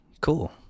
cool